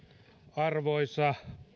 arvoisa